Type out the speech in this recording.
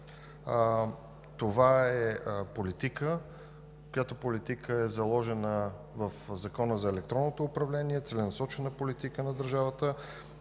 Това е политика, която е заложена в Закона за електронното управление – целенасочена политика на държавата.